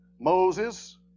Moses